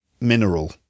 mineral